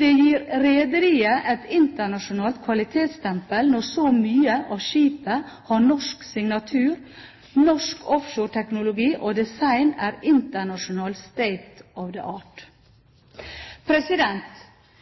det gir «rederiet et internasjonalt kvalitetsstempel når så mye av skipet har norsk signatur». Han sier følgende: «Norsk offshoreteknologi og design er internasjonal State of